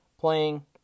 playing